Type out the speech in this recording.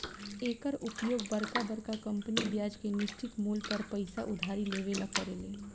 एकर उपयोग बरका बरका कंपनी ब्याज के निश्चित मूल पर पइसा उधारी लेवे ला करेले